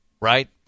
right